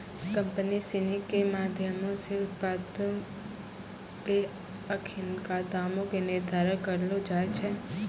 company सिनी के माधयमो से उत्पादो पे अखिनका दामो के निर्धारण करलो जाय छै